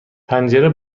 پنجره